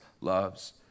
loves